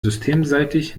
systemseitig